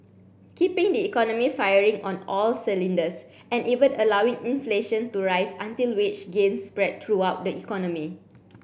keeping the economy firing on all cylinders and even allowing inflation to rise until wage gains spread throughout the economy